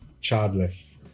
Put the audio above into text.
childless